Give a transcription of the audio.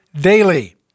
daily